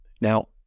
Now